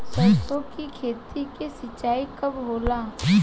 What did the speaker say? सरसों की खेती के सिंचाई कब होला?